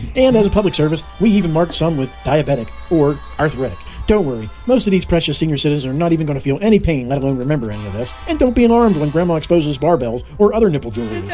and as a public service we even marked some with diabetic or arthritic don't worry most of these precious senior citizen are not even going to feel any pain let alone remember any of this and don't be alarmed when grandma exposes barbells, or other nipple jewelry